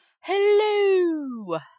hello